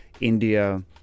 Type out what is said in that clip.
India